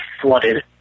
flooded